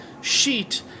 sheet